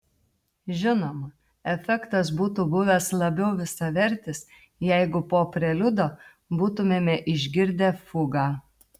žinoma efektas būtų buvęs labiau visavertis jeigu po preliudo būtumėme išgirdę fugą